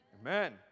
Amen